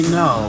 no